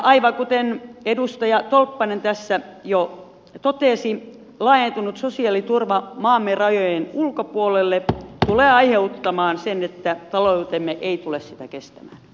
aivan kuten edustaja tolppanen tässä jo totesi laajentunut sosiaaliturva maamme rajojen ulkopuolelle tulee aiheuttamaan sen että taloutemme ei tule sitä kestämään